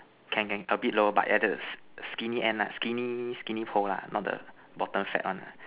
can can a bit lower but at the skinny end lah skinny skinny pole lah not the bottom fat one